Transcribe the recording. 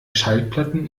schallplatten